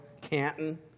Canton